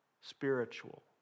spiritual